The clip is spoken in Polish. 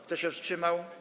Kto się wstrzymał?